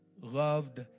loved